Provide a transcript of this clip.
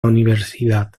universidad